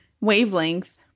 wavelength